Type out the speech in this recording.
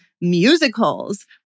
musicals